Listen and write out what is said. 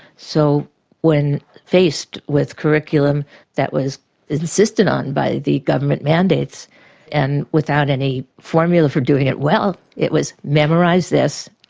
so when faced with a curriculum that was insisted on by the government mandates and without any formula for doing it well, it was memorise this,